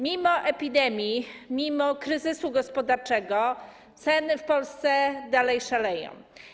Mimo epidemii, mimo kryzysu gospodarczego ceny w Polsce nadal szaleją.